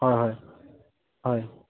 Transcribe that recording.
হয় হয় হয়